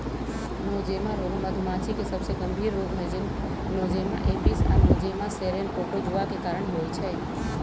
Nosema रोग मधुमाछी के सबसे गंभीर रोग हई जे नोज़ेमा एपिस आ नोज़ेमा सेरेने प्रोटोज़ोआ के कारण होइ छइ